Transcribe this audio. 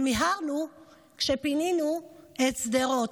ומיהרנו כשפינינו את שדרות,